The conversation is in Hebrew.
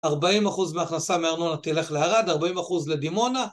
40% מההכנסה מהארנונה תלך לארד, 40% לדימונה.